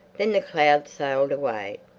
then the cloud sailed away,